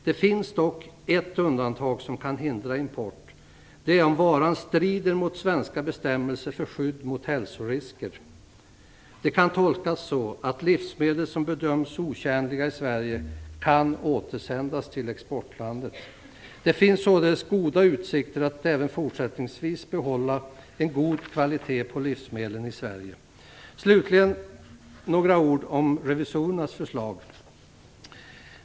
Det finns dock ett undantag som kan hindra import. Det är om varan strider mot svenska bestämmelser för skydd mot hälsorisker. Det kan tolkas så att livsmedel som bedöms otjänliga i Sverige kan återsändas till exportlandet. Det finns således goda utsikter att även fortsättningsvis behålla en god kvalitet på livsmedlen i Sverige. Slutligen vill jag säga några ord om revisorernas förslag.